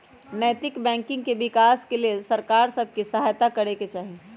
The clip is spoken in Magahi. नैतिक बैंकिंग के विकास के लेल सरकार सभ के सहायत करे चाही